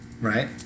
Right